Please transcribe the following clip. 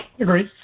Agreed